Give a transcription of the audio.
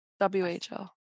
WHL